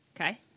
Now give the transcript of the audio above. okay